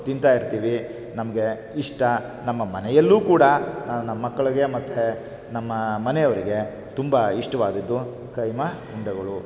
ತಿಂತಾಯಿರ್ತೀವಿ ನಮಗೆ ಇಷ್ಟ ನಮ್ಮ ಮನೆಯಲ್ಲೂ ಕೂಡ ನನ್ನ ಮಕ್ಳಿಗೆ ಮತ್ತು ನನ್ನ ಮನೆಯವರಿಗೆ ತುಂಬ ಇಷ್ಟವಾದದ್ದು ಕೈಮಾ ಉಂಡೆಗಳು